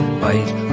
bite